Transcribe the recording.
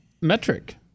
metric